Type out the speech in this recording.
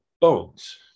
bones